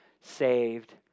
saved